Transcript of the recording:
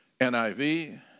NIV